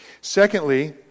Secondly